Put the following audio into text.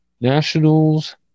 Nationals